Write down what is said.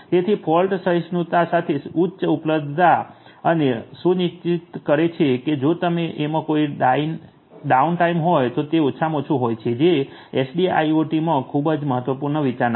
તેથી ફોલ્ટ સહિષ્ણુતા સાથે ઉચ્ચ ઉપલબ્ધતા એ સુનિશ્ચિત કરે છે કે જો એમાં કોઈ ડાઉનટાઇમ હોય તો તે ઓછામાં ઓછું હોય છે જે એસડીઆઈઆઈઓટીમાં ખૂબ જ મહત્વપૂર્ણ વિચારણા છે